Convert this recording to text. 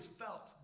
felt